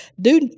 Do